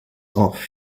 off